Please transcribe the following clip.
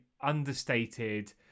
understated